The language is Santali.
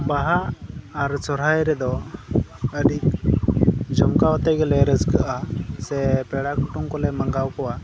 ᱵᱟᱦᱟ ᱟᱨ ᱥᱚᱨᱦᱟᱭ ᱨᱮᱫᱚ ᱟᱹᱰᱤ ᱡᱚᱢᱠᱟᱣ ᱟᱛᱮ ᱜᱮᱞᱮ ᱨᱟᱹᱥᱠᱟᱹᱜᱼᱟ ᱥᱮ ᱯᱮᱲᱟ ᱠᱩᱴᱩᱢ ᱠᱚᱞᱮ ᱢᱟᱜᱟᱣ ᱠᱚᱣᱟ